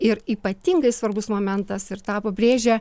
ir ypatingai svarbus momentas ir tą pabrėžia